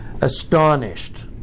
astonished